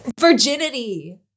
Virginity